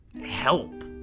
help